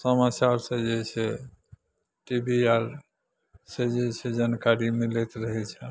समाचार सँ जे छै टीवी आर से जे छै जानकारी मिलैत रहै छै